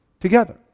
together